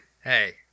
Hey